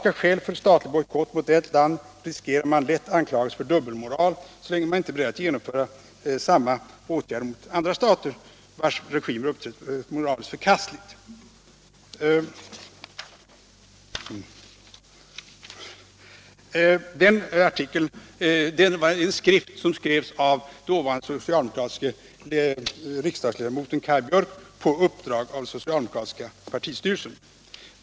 ——-- Om man åberopar moraliska skäl för statlig bojkott mot ett land, riskerar man lätt anklagelser för dubbelmoral, så länge man inte är beredd att också bojkotta andra stater, vars regimer uppträtt moraliskt förkastligt.” Detta var utdrag ur en skrift som skrevs av dåvarande socialdemokratiske riksdagsledamoten Kaj Björk på uppdrag av den socialdemokratiska partistyrelsen.